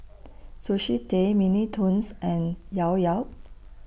Sushi Tei Mini Toons and Llao Llao